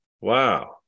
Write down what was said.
Wow